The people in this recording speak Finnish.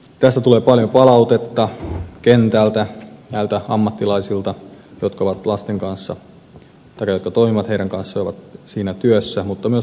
tästä tulee paljon palautetta kentältä näiltä ammattilaisilta jotka toimivat lasten kanssa ja ovat siinä työssä mutta myös lasten vanhemmilta